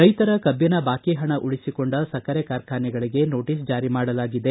ರೈತರ ಕಬ್ಬನ ಬಾಕಿ ಹಣ ಉಳಿಸಿಕೊಂಡ ಸಕ್ಕರೆ ಕಾರ್ಖಾನೆಗಳಿಗೆ ನೋಟಿಸ್ ಜಾರಿಮಾಡಲಾಗಿದೆ